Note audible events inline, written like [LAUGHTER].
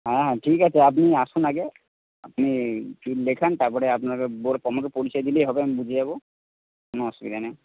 হ্যাঁ হ্যাঁ ঠিক আছে আপনি আসুন আগে আপনি [UNINTELLIGIBLE] লেখান তারপরে আপনার বোর আমাকে পরিচয় দিলেই হবে আমি বুঝে যাব কোন অসুবিধা নেই